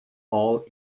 all